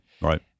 right